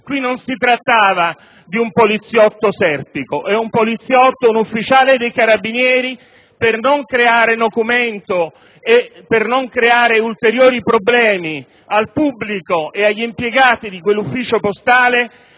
Qui non si trattava di un poliziotto Serpico, ma di un ufficiale dei Carabinieri che, per non creare nocumento e ulteriori problemi al pubblico e agli impiegati di quell'ufficio postale,